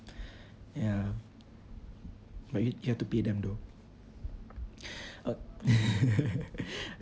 ya but you you have to pay them though o~